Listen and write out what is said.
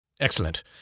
Excellent